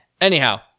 Anyhow